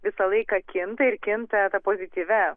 visą laiką kinta ir kinta pozityvia